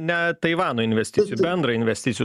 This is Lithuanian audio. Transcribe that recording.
ne taivano investicijų bendrą investicijų